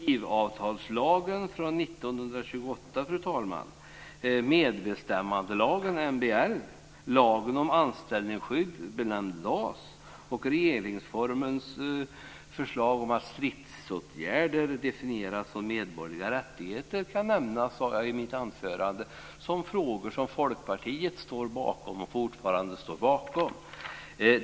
Fru talman! Jag sade i mitt anförande att kollektivavtalslagen från 1928, medbestämmandelagen, MBL, lagen om anställningsskydd benämnd LAS och regeringsformens stadgande om att stridsåtgärder är en medborgerlig rättighet kan nämnas bland regler som Folkpartiet stått bakom och fortfarande står bakom.